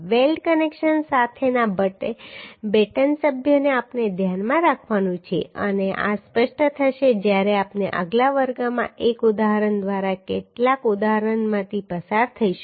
weld connection સાથેના batten સભ્યોને આપણે ધ્યાનમાં રાખવાનું છે અને આ સ્પષ્ટ થશે જ્યારે આપણે આગલા વર્ગમાં એક ઉદાહરણ દ્વારા કેટલાક ઉદાહરણમાંથી પસાર થઈશું